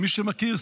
מי שמכיר,